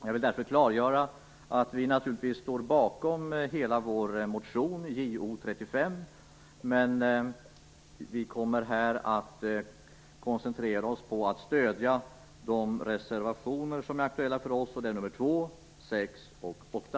Jag vill därför klargöra att vi naturligtvis står bakom hela vår motion Jo35, men vi kommer här att koncentrera oss på att stödja de reservationer som är aktuella för oss. Det är nr 2, 6 och 8.